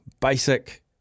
basic